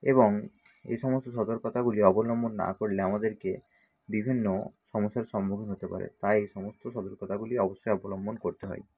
এবং এই সমস্ত সতর্কতাগুলি অবলম্বন না করলে আমাদেরকে বিভিন্ন সমস্যার সম্মুখীন হতে পারে তাই সমস্ত সতর্কতাগুলি অবশ্যই অবলম্বন করতে হয়